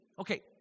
okay